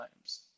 times